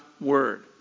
word